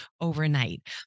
overnight